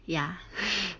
ya